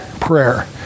prayer